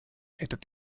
этот